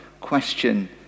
question